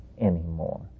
anymore